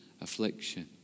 affliction